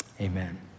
Amen